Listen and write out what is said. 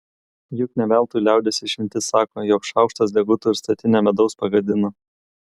juk ne veltui liaudies išmintis sako jog šaukštas deguto ir statinę medaus pagadina